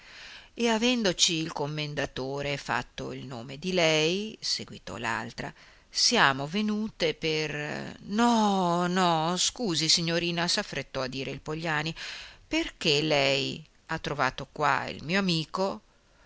e avendoci il commendatore fatto il nome di lei seguitò l'altra siamo venute per no no scusi signorina s'affrettò a dire il pogliani poiché ha trovato qua il mio amico